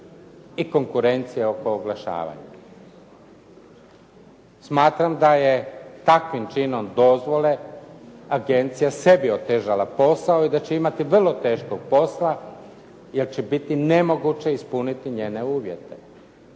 i konkurencije oko oglašavanja. Smatram da je takvim činom dozvole agencija sebi otežala posao i da će imati vrlo teškog posla, jer će biti nemoguće ispuniti njene uvjete.